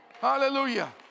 Hallelujah